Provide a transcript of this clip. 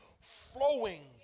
flowing